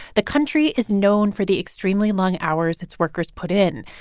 the country is known for the extremely long hours its workers put in.